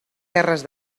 terres